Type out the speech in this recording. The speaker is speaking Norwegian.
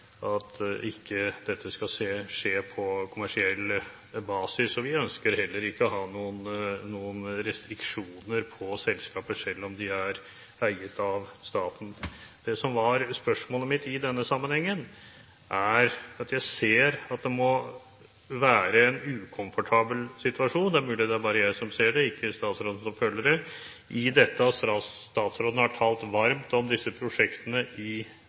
ikke at dette ikke skal skje på kommersiell basis. Vi ønsker heller ikke å ha noen restriksjoner på selskaper, selv om de er eiet av staten. Det som er spørsmålet mitt i denne sammenheng, dreier seg om at jeg ser at det må være en ukomfortabel situasjon – det er mulig det bare er jeg som ser det, at ikke statsråden føler det – dette at statsråden har talt varmt om disse prosjektene i